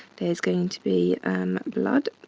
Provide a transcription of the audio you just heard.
there's going to be blood